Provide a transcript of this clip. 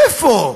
איפה?